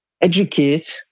educate